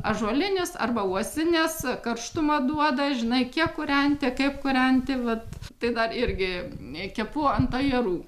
ąžuolinis arba uosinės karštumą duoda žinai kiek kūrenti kaip kūrenti vat tai dar irgi kepu ant ajerų